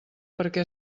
perquè